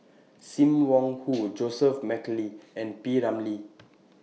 SIM Wong Hoo Joseph Mcnally and P Ramlee